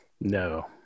no